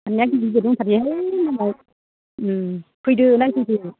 हाननाया गिदिर गिदिर दंथारोहाय मालाय फैदो नायफैदो